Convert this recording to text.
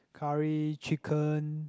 curry chicken